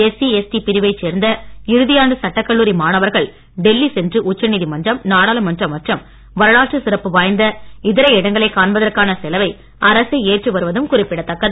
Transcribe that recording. SC ST பிரிவைச் சேர்ந்த இறுதியாண்டு சட்டக் கல்லூரி மாணவர்கள் டெல்லி சென்று உச்சநீதிமன்றம் நாடாளுமன்றம் மற்றும் வரலாற்று சிறப்பு வாய்ந்த இதர இடங்களை காண்பதற்கான செலவை அரசே ஏற்று வருவதும் குறிப்பிடதக்கது